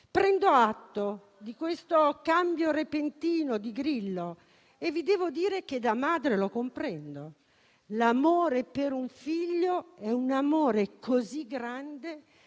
Prendo atto di questo cambio repentino di Grillo e vi devo dire che, da madre, lo comprendo; l'amore per un figlio è così grande